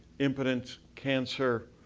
impotence, cancer,